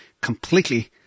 completely